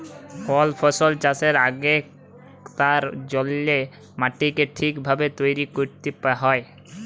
call ফসল চাষের আগেক তার জল্যে মাটিকে ঠিক ভাবে তৈরী ক্যরতে হ্যয়